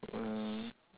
mm